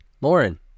Lauren